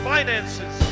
Finances